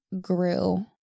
grew